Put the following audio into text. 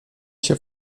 się